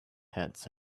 hats